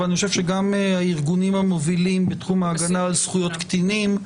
אבל אני חושב שגם הארגונים המובילים בתחום ההגנה על זכויות קטינים,